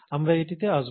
আমরা এটিতে আসব